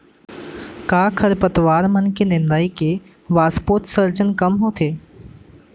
का खरपतवार मन के निंदाई से वाष्पोत्सर्जन कम होथे?